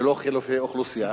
ולא חילופי אוכלוסייה,